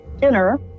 dinner